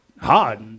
hard